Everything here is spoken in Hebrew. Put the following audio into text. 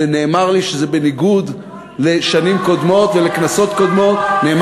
ונאמר לי שזה בניגוד לשנים קודמות ולכנסות קודמות לא,